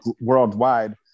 worldwide